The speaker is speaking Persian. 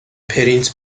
پرینت